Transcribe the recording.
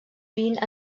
vint